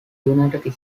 united